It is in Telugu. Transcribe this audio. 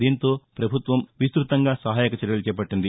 దీంతో పభుత్వం విస్తుతంగా సహాయక చర్యలు చేపట్లింది